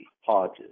Hodges